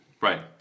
Right